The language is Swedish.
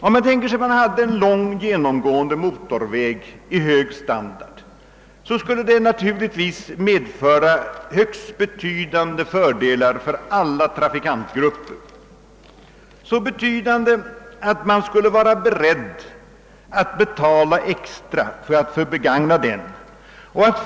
Om man i vårt land hade en lång genomgående motorväg i hög standard skulle man naturligtvis finna att en sådan medförde högst betydande fördelar för alla trafikantgrupper, så betydande att man skulle vara beredd att betala extra för att begagna den.